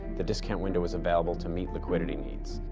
the discount window is available to meet liquidity needs.